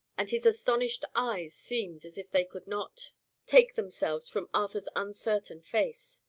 and his astonished eyes seemed as if they could not take themselves from arthur's uncertain face.